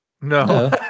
No